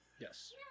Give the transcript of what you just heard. Yes